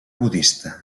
budista